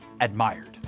admired